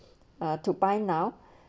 ah to buy now